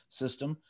system